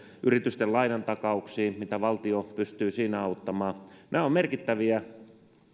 yritysten lainantakauksiin mitä valtio pystyy siinä auttamaan nämä ovat merkittäviä